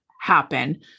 happen